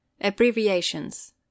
Abbreviations